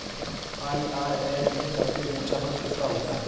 IRS में सबसे ऊंचा पद किसका होता है?